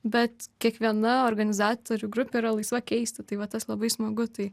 bet kiekviena organizatorių grupė yra laisva keisti tai va tas labai smagu tai